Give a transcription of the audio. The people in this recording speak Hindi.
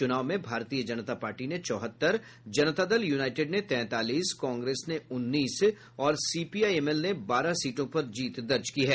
चुनाव में भारतीय जनता पार्टी ने चौहत्तर जनता दल यूनाईटेड ने तैंतालीस कांग्रेस ने उन्नीस और सीपीआई एम एल ने बारह सीटों पर जीत दर्ज की है